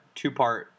two-part